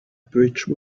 bridge